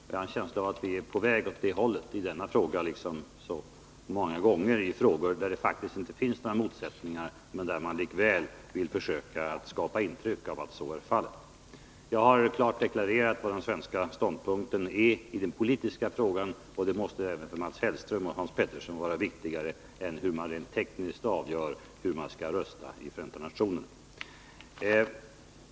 Jag har en känsla av att vi är på väg åt det hållet i denna fråga, liksom skett tidigare där det inte finns några motsättningar men där debattdeltagarna likväl vill försöka skapa intryck av att så är fallet. Jag har klart deklarerat den svenska ståndpunkten i den politiska frågan och det måste även för Mats Hellström och Hans Petersson vara viktigare än hur man rent tekniskt avgör hur man skall rösta i Förenta nationerna.